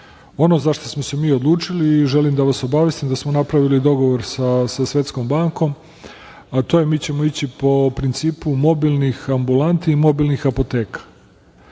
za šta smo se mi odlučili i želim da vas obavestim da smo napravili dogovor sa Svetskom bankom, a to je – mi ćemo ići po principu mobilnih ambulanti i mobilnih apoteka.